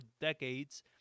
decades